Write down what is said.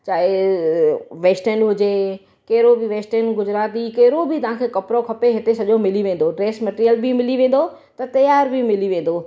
चाहे वेस्टन हुजे कहिड़ो बि वेस्टन गुजराती कहिड़ो बि तव्हांखे कपिड़ो खपे हिते सॼो मिली वेंदो ड्रेस मटेरिअल बि मिली वेंदो त तयार बि मिली वेंदो